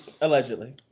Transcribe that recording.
allegedly